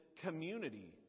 community